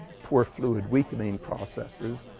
pore fluid weakening processes.